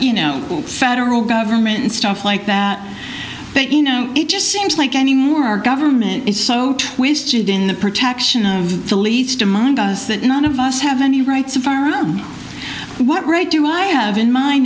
you know federal government and stuff like that but you know it just seems like anymore our government is so twisted in the protection of the least among us that none of us have any rights of our own what right do i have in my